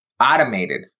automated